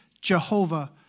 Jehovah